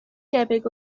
debyg